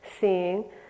seeing